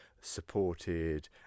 supported